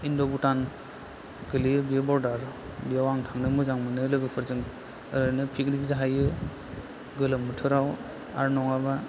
इण्ड' भुटान गोग्लैयो बेयो बर्दार बेयाव आं थांनो मोजां मोनो लोगोफोरजों ओरैनो फिकनिक जाहैयो गोलोम बोथोराव आरो नङाबा